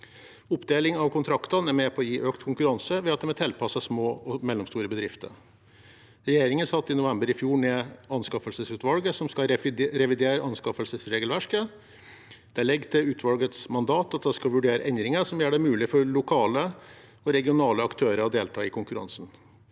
Oppdeling av kontraktene er med på å gi økt konkurranse ved at de er tilpasset små og mellomstore bedrifter. Regjeringen satte i november i fjor ned anskaffelsesutvalget som skal revidere anskaffelsesregelverket. Det ligger i utvalgets mandat at det skal vurdere endringer som gjør det mulig for lokale og regionale aktører å delta i konkurransen.